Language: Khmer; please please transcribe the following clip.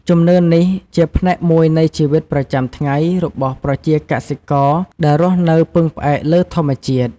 ជំនឿនេះជាផ្នែកមួយនៃជីវិតប្រចាំថ្ងៃ របស់ប្រជាកសិករដែលរស់នៅពឹងផ្អែកលើធម្មជាតិ។